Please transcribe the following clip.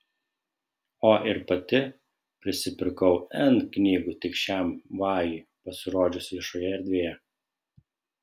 o ir pati prisipirkau n knygų tik šiam vajui pasirodžius viešoje erdvėje